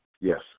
Yes